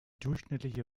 durchschnittliche